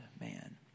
man